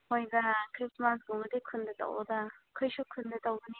ꯍꯣꯏꯗ ꯈ꯭ꯔꯤꯁꯃꯥꯁ ꯀꯨꯝꯕꯗꯤ ꯈꯨꯟꯗ ꯇꯧꯋꯣꯗ ꯑꯩꯈꯣꯏꯗꯤ ꯈꯨꯟꯗ ꯇꯧꯒꯅꯤ